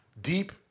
deep